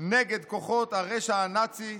נגד כוחות הרשע הנאצי,